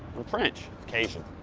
i'm french, cajun.